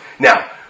Now